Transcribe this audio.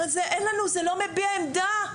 אין לנו זה לא מביע עמדה,